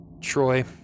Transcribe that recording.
Troy